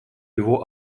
его